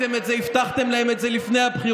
עשיתם את זה והבטחתם להם את זה לפני הבחירות,